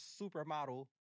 Supermodel